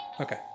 okay